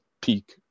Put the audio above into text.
peak